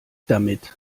damit